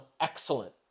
excellent